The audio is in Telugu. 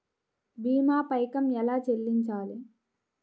భీమా పైకం ఎలా చెల్లించాలి?